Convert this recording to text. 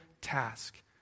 task